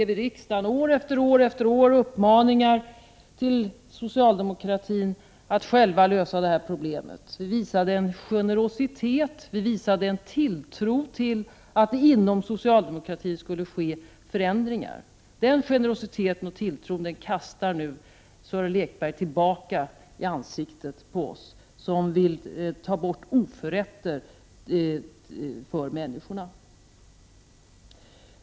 Vi riktade i riksdagen år efter år uppmaningar till socialdemokratin att själv lösa det här problemet, vi visade generositet och tilltro till socialdemokratins förmåga till förändringar på det här området. Den generositeten och tilltron kastar Sören Lekberg nu i ansiktet på oss som vill ta bort oförrätter för människorna.